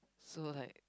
so like